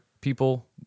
people